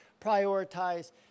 prioritize